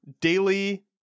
daily